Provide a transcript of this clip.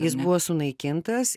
jis buvo sunaikintas